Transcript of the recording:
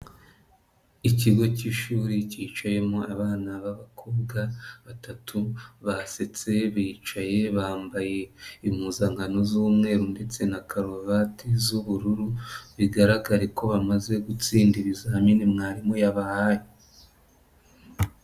Ikigo cy'ishuri cyicayemo abana b'abakobwa batatu, basetse bicaye bambaye impuzankano z'umweru ndetse na karuvate z'ubururu bigaragare ko bamaze gutsinda ibizamini mwarimu yabahaye.